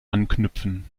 anknüpfen